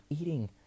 eating